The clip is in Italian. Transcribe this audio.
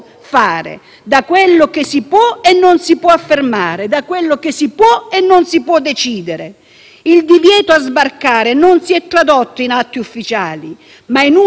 Il divieto di sbarcare non si è tradotto in atti ufficiali, ma in una pericolosissima sospensione del diritto nel rispetto di leggi nazionali e internazionali,